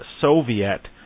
Soviet